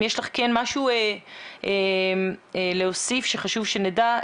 אם יש לך כן משהו להוסיף שחשוב שנדע,